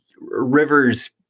rivers